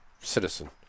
citizen